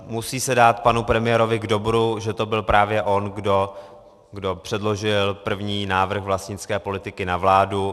Musí se dát panu premiérovi k dobru, že to byl právě on, kdo předložil první návrh vlastnické politiky na vládu.